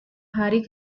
hari